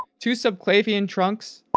two subclavian trunks,